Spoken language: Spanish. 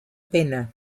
pena